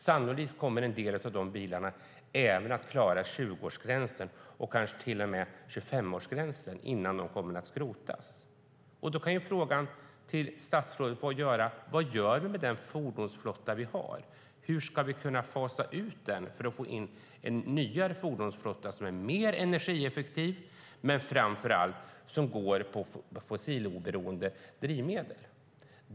Sannolikt kommer en del av de bilarna även att klara 20-årsgränsen och kanske till och med 25-årsgränsen innan de skrotas. Då är frågan till statsrådet: Vad gör vi med den fordonsflotta vi har? Hur ska vi kunna fasa ut den för att få in en nyare fordonsflotta som är mer energieffektiv men framför allt, som går på fossiloberoende drivmedel?